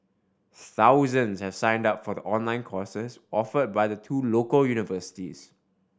thousands have signed up for the online courses offered by the two local universities